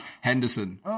Henderson